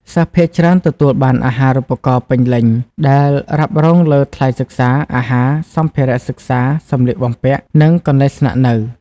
សិស្សភាគច្រើនទទួលបានអាហារូបករណ៍ពេញលេញ ដែលរ៉ាប់រងលើថ្លៃសិក្សា អាហារ សម្ភារៈសិក្សា សម្លៀកបំពាក់ និងកន្លែងស្នាក់នៅ។